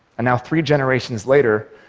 and now three generations later,